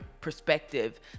perspective